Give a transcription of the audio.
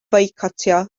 foicotio